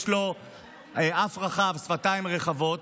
יש לו אף רחב ושפתיים רחבות.